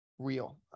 real